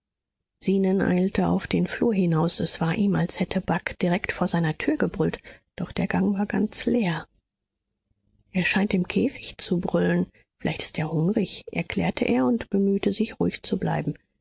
zenon eilte auf den flur hinaus es war ihm als hätte bagh direkt vor seiner tür gebrüllt doch der gang war ganz leer er scheint im käfig zu brüllen vielleicht ist er hungrig erklärte er und bemühte sich ruhig zu bleiben